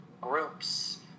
groups